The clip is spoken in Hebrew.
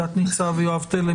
תת-ניצב יואב תלם,